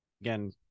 again